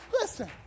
Listen